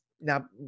now